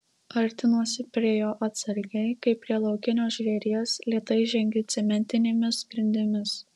artinuosi prie jo atsargiai kaip prie laukinio žvėries lėtai žengiu cementinėmis grindimis